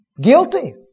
Guilty